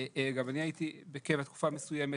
אגב, אני הייתי בקבע תקופה מסוימת.